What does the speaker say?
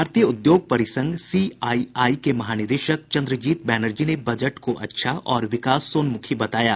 भारतीय उद्योग परिसंघ सीआईआई के महानिदेशक चन्द्रजीत बैनर्जी ने बजट को अच्छा और विकासोन्मुखी बताया है